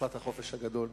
תקופת החופש הגדול,